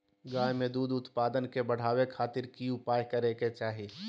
गाय में दूध उत्पादन के बढ़ावे खातिर की उपाय करें कि चाही?